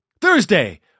Thursday